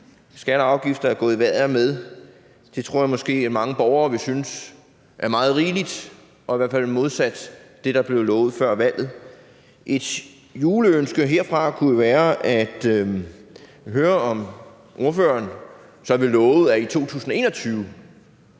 skatter og afgifter er gået i vejret. Det tror jeg måske mange borgere vil synes er rigeligt og i hvert fald modsat det, der blev lovet før valget. Et juleønske herfra kunne jo være at høre, om ordføreren vil love, at der